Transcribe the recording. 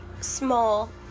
small